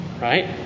right